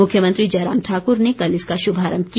मुख्यमंत्री जयराम ठाकर ने कल इसका श्रभारम्भ किया